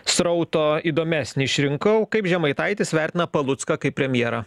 srauto įdomesnį išrinkau kaip žemaitaitis vertina palucką kaip premjerą